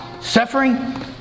suffering